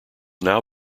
now